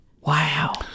Wow